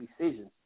decisions